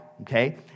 Okay